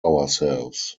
ourselves